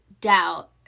doubt